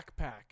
backpack